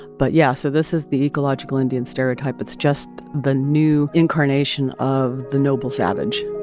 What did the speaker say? but yeah. so this is the ecological indian stereotype. it's just the new incarnation of the noble savage